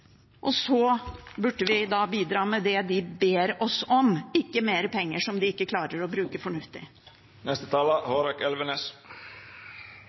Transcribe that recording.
burde vi bidra med det de ber oss om, ikke med mer penger som de ikke klarer å bruke fornuftig.